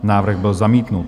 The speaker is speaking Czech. Návrh byl zamítnut.